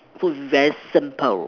foods very simple